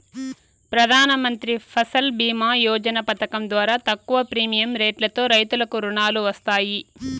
ప్రధానమంత్రి ఫసల్ భీమ యోజన పథకం ద్వారా తక్కువ ప్రీమియం రెట్లతో రైతులకు రుణాలు వస్తాయి